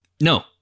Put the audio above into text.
No